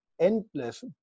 endless